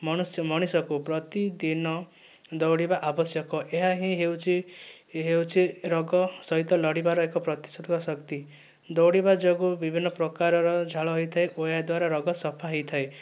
ମଣିଷ ମଣିଷକୁ ପ୍ରତିଦିନ ଦୌଡ଼ିବା ଆବଶ୍ୟକ ଏହା ହିଁ ହେଉଛି ହେଉଛି ରୋଗ ସହିତ ଲଢ଼ିବାର ଏକ ପ୍ରତିଶୋଧକ ଶକ୍ତି ଦୌଡ଼ିବା ଯୋଗୁଁ ବିଭିନ୍ନ ପ୍ରକାରର ଝାଳ ହୋଇଥାଏ ଓ ଏହାଦ୍ଵାରା ରୋଗ ସଫା ହୋଇଥାଏ